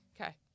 Okay